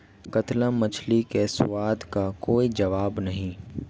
कतला मछली के स्वाद का कोई जवाब नहीं